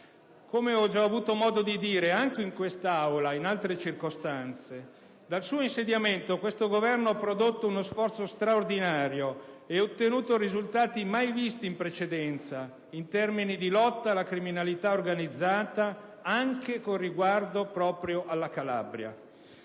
Come ho già avuto modo di dire anche in quest'Aula in altre circostanze, dal suo insediamento questo Governo ha prodotto uno sforzo straordinario ed ottenuto risultati mai visti in precedenza in termini di lotta alla criminalità organizzata, anche con riguardo proprio alla Calabria.